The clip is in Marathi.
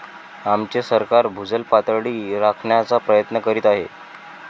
आमचे सरकार भूजल पातळी राखण्याचा प्रयत्न करीत आहे